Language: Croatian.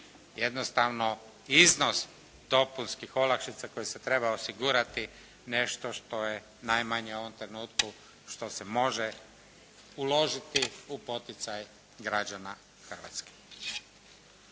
jednostavno iznos dopunskih olakšica koji se treba osigurati nešto što je najmanje u ovom trenutku što se može uložiti u poticaj građana Hrvatske.